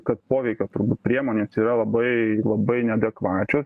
kad poveikio priemonės yra labai labai neadekvačios